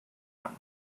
one